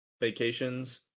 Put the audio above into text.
vacations